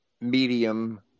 medium